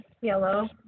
yellow